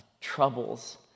troubles